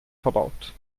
verbaut